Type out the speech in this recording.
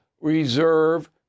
reserve